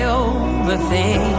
overthink